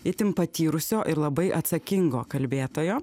itin patyrusio ir labai atsakingo kalbėtojo